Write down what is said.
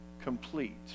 complete